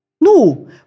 No